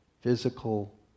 physical